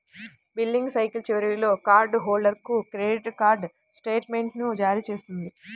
billing cycle చివరిలో card హోల్డర్కు credit card స్టేట్మెంట్ను జారీ చేస్తుంది